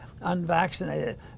unvaccinated